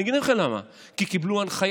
אני אגיד לך למה, כי קיבלו הנחיה.